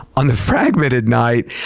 on the fragmented night,